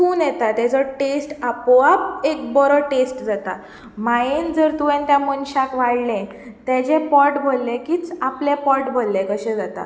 twin येता ताचो test आपोआप एक बरो टेस्ट जाता मायेन जर तुवें त्या मनशाक वाडलें तेचें पोट भरलें कीच आपलें पोट भरलें कशें जाता